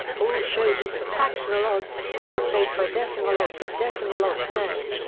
all show use of fractional odds replace by decimal odds if decimal odds known.